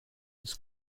his